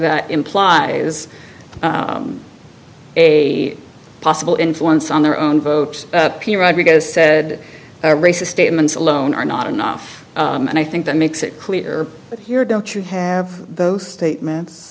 that implies a possible influence on their own vote p rodriguez said racist statements alone are not enough and i think that makes it clear here don't you have those statements